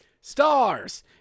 stars